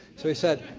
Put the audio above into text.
so he said,